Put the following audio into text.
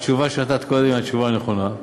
התשובה שנתת קודם היא התשובה הנכונה.